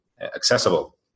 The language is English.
accessible